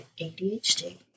ADHD